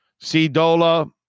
C-Dola